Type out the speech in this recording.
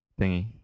Thingy